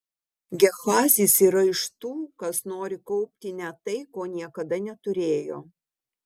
gehazis yra iš tų kas nori kaupti net tai ko niekada neturėjo